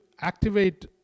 activate